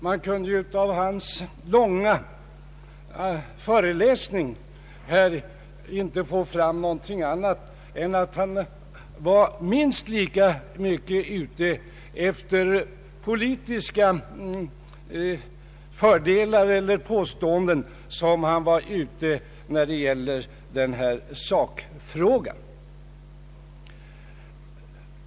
Man kunde nämligen av hans långa föreläsning här inte få ut någonting annat än att han var minst lika mycket ute efter politiska fördelar och påståenden som han var ute efter själva sakfrågan.